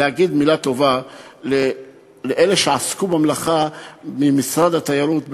להגיד מילה טובה לאלה שעסקו במלאכה במשרד התיירות,